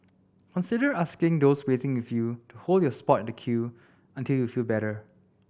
consider asking those waiting with you to hold your spot in the queue until you feel better